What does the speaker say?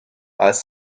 als